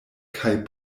kaj